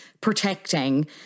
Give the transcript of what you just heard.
protecting